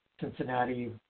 Cincinnati